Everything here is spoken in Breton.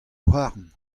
houarn